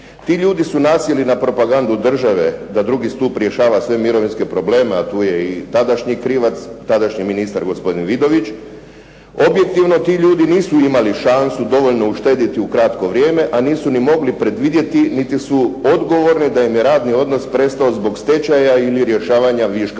Ti ljudi su nasjeli na propagandu države da drugi stup rješava sve mirovinske probleme, a tu je i tadašnji krivac, tadašnji ministar gospodin Vidović. Objektivno ti ljudi nisu imali šansu dovoljno uštediti u kratko vrijeme, a nisu ni mogli predvidjeti niti su odgovorni da im je radni odnos prestao zbog stečaja ili rješavanja viška radnika.